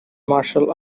martial